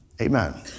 Amen